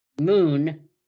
Moon